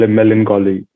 Melancholy